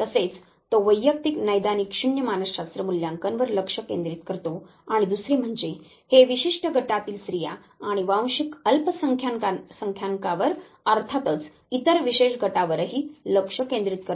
तसेच तो वैयक्तिक नैदानिक शून्य मानसशास्त्र मूल्यांकन वर लक्ष केंद्रित करतो आणि दुसरे म्हणजे हे विशिष्ट गटातील स्त्रिया आणि वांशिक अल्पसंख्यांकांवर अर्थातच इतर विशेष गटावरही लक्ष केंद्रित करते